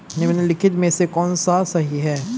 निम्नलिखित में से कौन सा सही है?